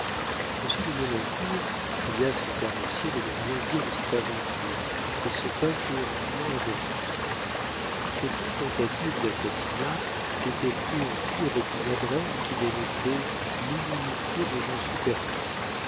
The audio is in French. monsieur de maulincour pria son carrossier de ne rien dire de cette aventure et se tint pour dûment averti ces deux tentatives d'assassinat étaient ourdies avec une adresse qui dénotait l'inimitié de gens supérieurs